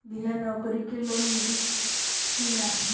बिना नौकरी के लोन मिली कि ना?